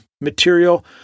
material